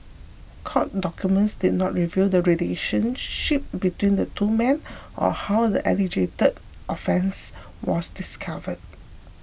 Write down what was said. court documents did not reveal the relationship between the two men or how the alleged offence was discovered